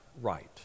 right